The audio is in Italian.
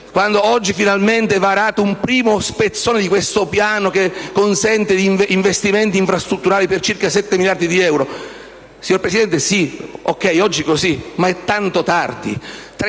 delle Regioni, varate un primo spezzone di questo piano che consente investimenti infrastrutturali per circa 7 miliardi di euro. Signor Presidente, sì, oggi è così, ma è tanto tardi: